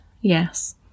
Yes